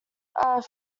are